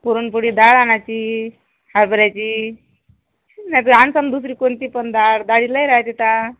पुरणपोळी डाळ आणायची हरभऱ्याची नाही तर आणताल दुसरी कोणती पण डाळ डाळी लय आहेत आता